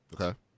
Okay